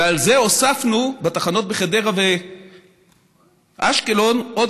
ועל זה הוספנו בתחנות בחדרה ואשקלון עוד